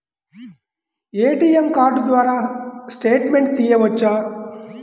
ATM card ద్వారా statement తీయవచ్చా?